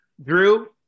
Drew